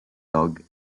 dog